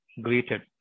greeted